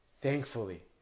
thankfully